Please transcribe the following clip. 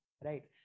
right